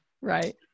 Right